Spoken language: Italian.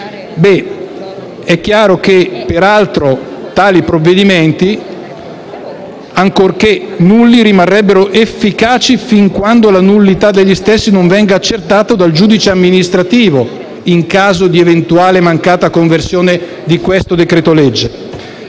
È chiaro, peraltro, che tali provvedimenti, ancorché nulli, rimarranno efficaci fino a quando la nullità degli stessi non verrà accertata dal giudice amministrativo, in caso di eventuale mancata conversione del decreto-legge